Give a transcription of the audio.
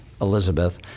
Elizabeth